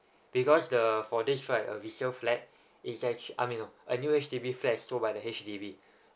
because the for this right a resale flat it's actua~ I mean no a new H_D_B flat sold by the H_D_B